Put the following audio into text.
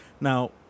Now